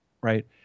Right